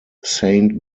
saint